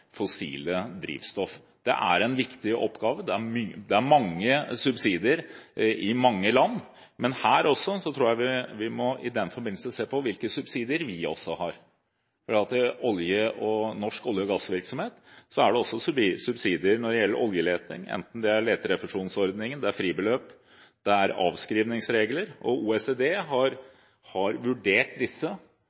drivstoff. Det er en viktig oppgave. Det er mange subsidier i mange land. Men jeg tror vi i den forbindelse også må se på hvilke subsidier vi har. For norsk olje- og gassvirksomhet er det også subsidier når det gjelder oljeleting, enten det er leterefusjonsordningen, fribeløp eller avskrivingsregler. OECD har vurdert disse, som vi kan kalle subsidier, i en størrelsesorden opp mot 21–25 mrd. kr. Det er